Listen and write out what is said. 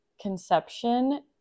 conception